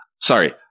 sorry